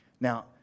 Now